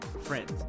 friends